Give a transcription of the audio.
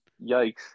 Yikes